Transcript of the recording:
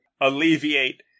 alleviate